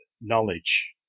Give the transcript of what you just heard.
knowledge